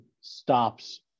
stops